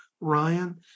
Ryan